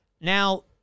Now